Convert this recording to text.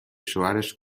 شوهرش